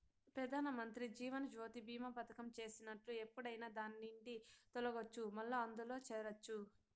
పెదానమంత్రి జీవనజ్యోతి బీమా పదకం చేసినట్లు ఎప్పుడైనా దాన్నిండి తొలగచ్చు, మల్లా అందుల చేరచ్చు